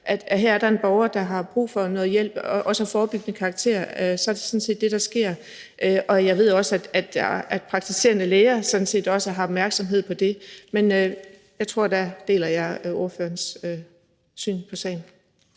at her er der en borger, der har brug for noget hjælp, også af forebyggende karakter – så er det sådan set det, der sker. Jeg ved også, at praktiserende læger sådan set også har opmærksomhed på det. Så der deler jeg spørgerens syn på sagen.